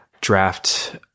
draft